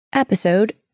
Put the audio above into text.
Episode